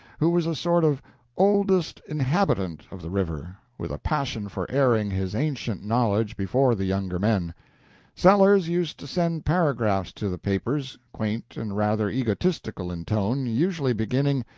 who was a sort of oldest inhabitant of the river, with a passion for airing his ancient knowledge before the younger men sellers used to send paragraphs to the papers, quaint and rather egotistical in tone, usually beginning,